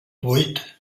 vuit